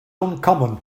uncommon